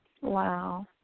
Wow